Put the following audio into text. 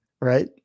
right